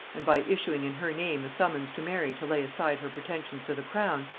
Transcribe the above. and by issuing in her name a summons to mary to lay aside her pretensions to the crown,